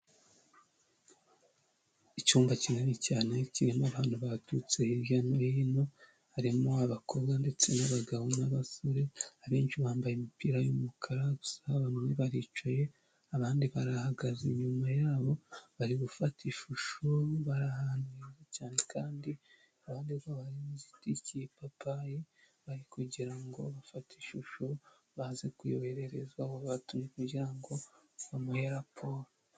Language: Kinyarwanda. Icyumba kinini cyane kirimo abantu baturutse hirya no hino, harimo abakobwa ndetse n'abagabo, n'abasore abenshi bambaye imipira y'umukara gusa bamwe baricaye abandi, barahagaze inyuma yabo bari gufata ishusho barahanrwa cyane kandi abandi rwabazitikiye ,ipapayi bari kugira ngo bafate ishusho baze kuyoherereza aho batumye kugira ngo bamuhe raporo.